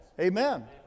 amen